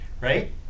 right